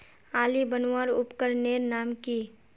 आली बनवार उपकरनेर नाम की?